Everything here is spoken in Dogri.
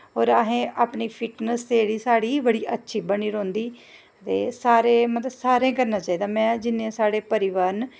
और साढ़े फिटनस जेह्ड़ा बनी रौंह्दी ते सारें गी करना चाहिदा जिन्ने साढ़े परोआर न